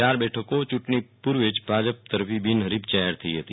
ચાર બેઠકો ચૂંટણી પૂર્વે ભાજપ તરફી બિનહરીફ જાહેર થઈ હતી